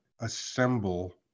assemble